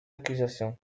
accusations